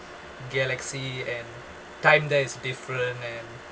galaxy and time there is different and